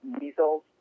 measles